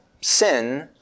sin